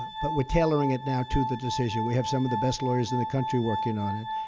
but we're tailoring it now to the decision. we have some of the best lawyers in the country working on it.